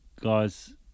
guys